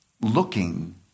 looking